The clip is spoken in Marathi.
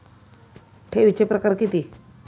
ठेवीचे प्रकार किती?